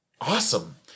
Awesome